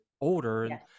older